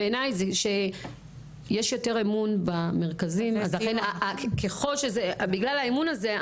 בעיניי זה שיש יותר אמון במרכזים אז לכן בגלל האמון הזה,